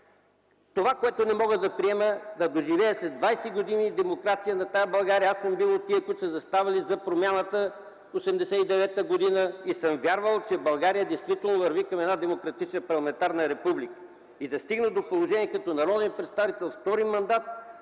Това, което не мога да приема след 20 години демокрация в България – аз съм бил от тези, които са заставали зад промяната през 1989 г., и съм вярвал, че България действително върви към една демократична парламентарна република, да стигна до положение като народен представител втори мандат